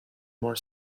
more